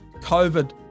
COVID